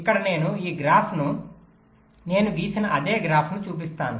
ఇక్కడ నేను ఈ గ్రాఫ్ను నేను గీసిన అదే గ్రాఫ్ను చూపిస్తాను